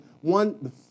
One